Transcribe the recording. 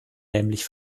nämlich